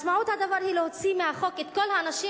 משמעות הדבר היא להוציא מהחוק את כל האנשים